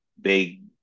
big